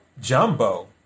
Jumbo